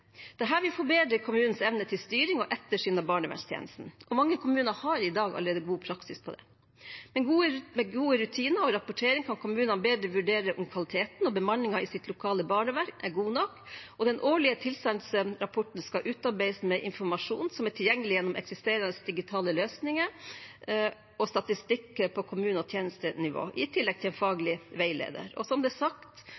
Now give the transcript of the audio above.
vil forbedre kommunens evne til styring og ettersyn av barnevernstjenesten, og mange kommuner har allerede i dag god praksis på dette. Med gode rutiner og rapportering kan kommunen bedre vurdere om kvaliteten og bemanningen i deres lokale barnevern er god nok. Den årlige tilstandsrapporten skal utarbeides med informasjon som er tilgjengelig gjennom eksisterende digitale løsninger og statistikk på kommune- og tjenestenivå – i tillegg til en